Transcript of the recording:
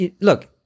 Look